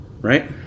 right